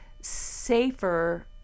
safer